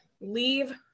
leave